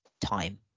time